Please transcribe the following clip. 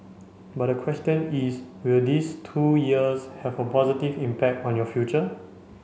but the question is will these two years have a positive impact on your future